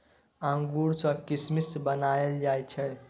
अंगूर सँ किसमिस बनाएल जाइ छै